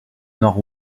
nord